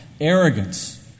arrogance